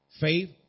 Faith